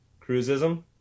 cruisism